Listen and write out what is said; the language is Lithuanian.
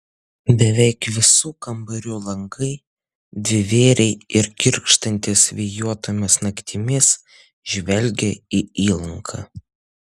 beveik visų kambarių langai dvivėriai ir girgždantys vėjuotomis naktimis žvelgia į įlanką